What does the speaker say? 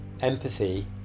empathy